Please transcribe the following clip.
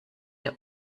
der